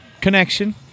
connection